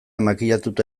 makillatuta